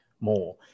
more